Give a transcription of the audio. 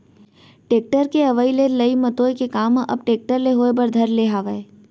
tractor के अवई ले लई मतोय के काम ह अब टेक्टर ले होय बर धर ले हावय